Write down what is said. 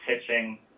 pitching